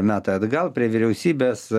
metai atgal prie vyriausybės